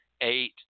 eight